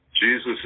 Jesus